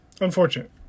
Unfortunate